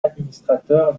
administrateur